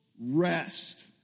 rest